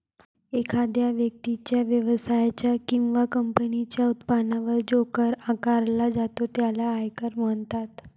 एखाद्या व्यक्तीच्या, व्यवसायाच्या किंवा कंपनीच्या उत्पन्नावर जो कर आकारला जातो त्याला आयकर म्हणतात